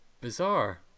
bizarre